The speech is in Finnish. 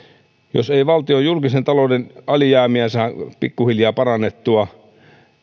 jos ei valtion julkisen talouden alijäämiä saada pikkuhiljaa parannettua